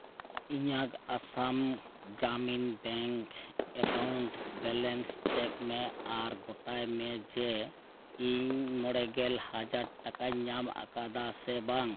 ᱤᱧᱟᱹᱜ Assam Gramin Bikas bank account balance check ᱢᱮ ᱟᱨ ᱜᱚᱴᱟᱭ ᱢᱮ ᱡᱮ ᱤᱧ ᱢᱚᱬᱮ ᱜᱮᱞ ᱦᱟᱡᱟᱨ ᱴᱟᱠᱟᱧ ᱧᱟᱢ ᱟᱠᱟᱫᱟ ᱥᱮ ᱵᱟᱝ